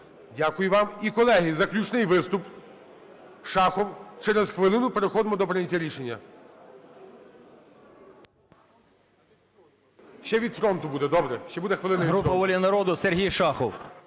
Дякую вам. І, колеги, заключний виступ – Шахов. Через хвилину переходимо до прийняття рішення. Ще від "Фронту" буде, добре, ще буде хвилина